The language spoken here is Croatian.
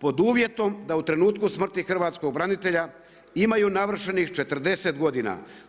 pod uvjetom da u trenutku smrti hrvatskog branitelja imaju navršenih 40 godina.